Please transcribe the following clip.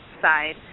side